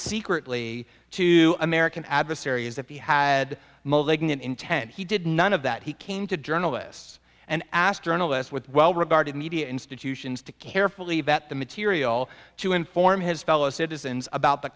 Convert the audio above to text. secretly to american adversaries that he had malignant intent he did none of that he came to journalists and asked journalists with well regarded media institutions to carefully vet the material to inform his fellow citizens about the